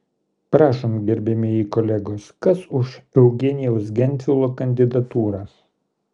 prašom gerbiamieji kolegos kas už eugenijaus gentvilo kandidatūrą